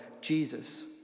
Jesus